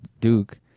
Duke